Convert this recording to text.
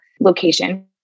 location